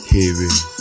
Hearing